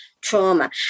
trauma